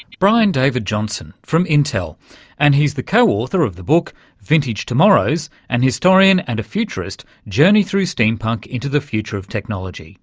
brian david johnson from intel and he's the co-author of the book vintage tomorrows an and historian and a futurist journey through steampunk into the future of technology.